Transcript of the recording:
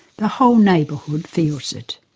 the whole neighbourhood feels it.